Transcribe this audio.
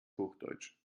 hochdeutsch